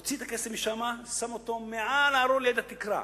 מוציא את הכסף משם, שם אותו מעל הארון, ליד התקרה.